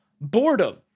Boredom